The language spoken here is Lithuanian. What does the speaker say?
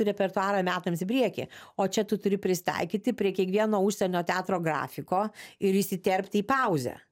repertuarą metams į priekį o čia tu turi prisitaikyti prie kiekvieno užsienio teatro grafiko ir įsiterpti į pauzę